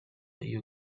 you